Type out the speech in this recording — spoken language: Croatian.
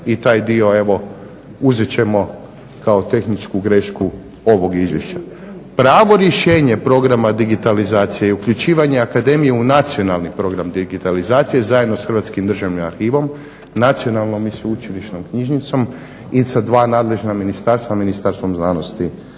i taj dio evo uzet ćemo kao tehničku grešku ovog Izvješća. Pravo rješenje programa digitalizacije i uključivanja Akademije u nacionalni program digitalizacije zajedno sa Hrvatskim državnim arhivom, Nacionalnom i sveučilišnom knjižnicom i sa dva nadležna ministarstva, Ministarstvom znanosti